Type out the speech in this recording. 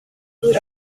good